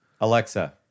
Alexa